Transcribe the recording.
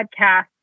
podcast